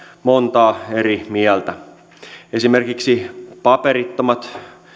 montaa eri mieltä esimerkiksi paperittomat